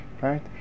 Right